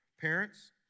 Parents